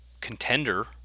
contender